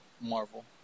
Marvel